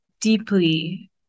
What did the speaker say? deeply